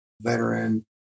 veteran